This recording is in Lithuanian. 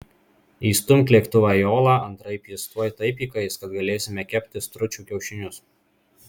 įstumk lėktuvą į olą antraip jis tuoj taip įkais kad galėsime kepti stručių kiaušinius